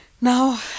Now